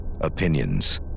Opinions